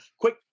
Quick